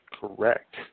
Correct